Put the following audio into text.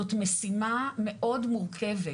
זאת משימה מאוד מורכבת.